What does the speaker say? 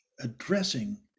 addressing